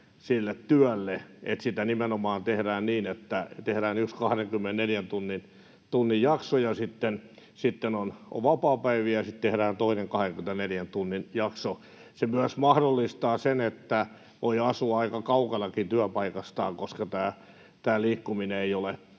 sille työlle, että sitä nimenomaan tehdään niin, että tehdään yksi 24 tunnin jakso ja sitten on vapaapäiviä ja sitten tehdään toinen 24 tunnin jakso. Se myös mahdollistaa sen, että voi asua aika kaukanakin työpaikastaan, koska tämä liikkuminen ei ole